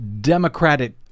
Democratic